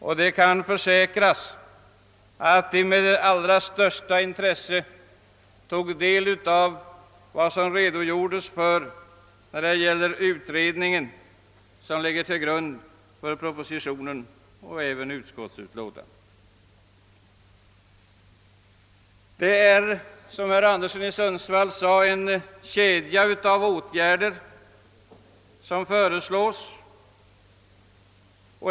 Jag kan försäkra att dessa deltagare med det allra största intresse tog del av redogörelserna för den utredning som ligger till grund för propositionen — och även i stora delar för utskottsmajoritetens skrivning. Som herr Anderson i Sundsvall sade är det en kedja av åtgärder som föreslås.